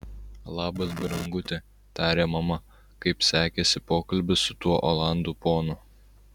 labas branguti tarė mama kaip sekėsi pokalbis su tuo olandų ponu